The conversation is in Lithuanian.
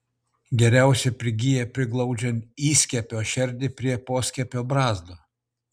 geriausiai prigyja priglaudžiant įskiepio šerdį prie poskiepio brazdo